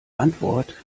antwort